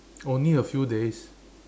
only a few days